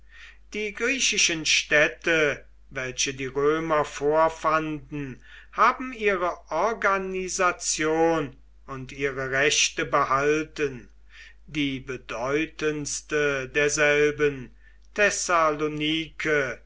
die griechischen städte welche die römer vorfanden haben ihre organisation und ihre rechte behalten die bedeutendste derselben